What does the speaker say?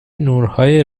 نورهای